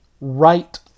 Right